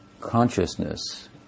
consciousness